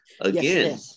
again